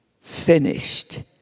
finished